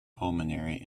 pulmonary